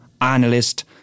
analyst